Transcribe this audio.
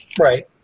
right